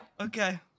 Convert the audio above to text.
Okay